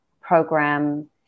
program